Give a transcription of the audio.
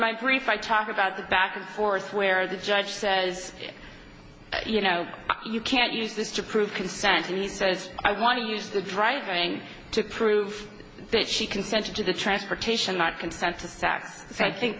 my brief i talk about the back and forth where the judge says you know you can't use this to prove consent and he says i want to use the driving to prove that she consented to the transportation not consent to sex so i think